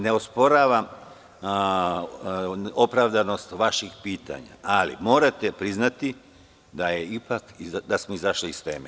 Ne osporavam opravdanost vaših pitanja ali morate priznati da smo ipak izašli iz teme.